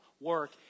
work